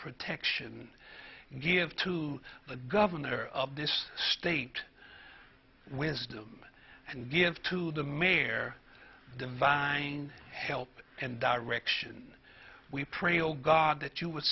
protection give to the governor of this state wisdom and give to the mere divine help and direction we pray oh god that you would